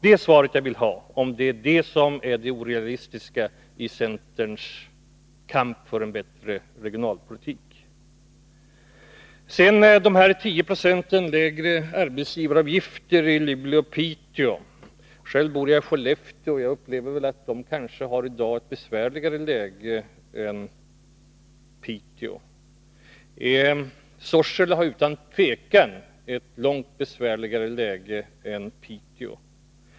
Då blir det de kommunerna som återigen drabbas. Är det på denna punkt centerns kamp för en bättre regionalpolitik är orealistisk? Sedan övergår jag till förslaget om 10 2 lägre arbetsgivaravgifter i Luleå och Piteå. Själv bor jag i Skellefteå, och jag upplever att man där kanske i dag har ett besvärligare läge än i Piteå. Sorsele har utan tvivel ett långt besvärligare läge än Piteå.